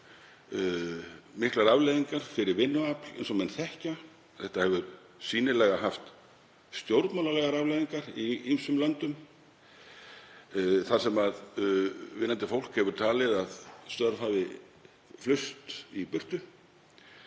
miklar afleiðingar fyrir vinnuafl, eins og menn þekkja. Þetta hefur sýnilega haft stjórnmálalegar afleiðingar í ýmsum löndum þar sem vinnandi fólk hefur talið að störf hafi flust í burtu.